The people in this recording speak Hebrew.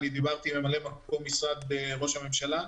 דיברתי עם ממלא מקום משרד ראש הממשלה,